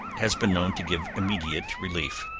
has been known to give immediate relief.